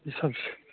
ईसब छै